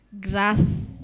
grass